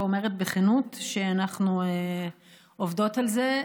ואומרת בכנות שאנחנו עובדות על זה,